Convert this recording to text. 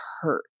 hurt